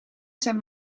zijn